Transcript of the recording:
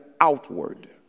outward